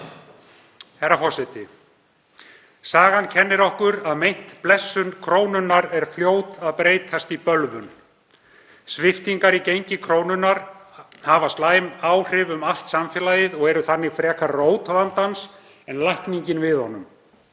Herra forseti. Sagan kennir okkur að meint blessun krónunnar er fljót að breytast í bölvun. Sviptingar í gengi krónunnar hafa slæm áhrif um allt samfélagið og eru þannig frekar rót vandans en lækningin við honum.